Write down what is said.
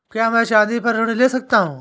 क्या मैं चाँदी पर ऋण ले सकता हूँ?